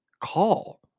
call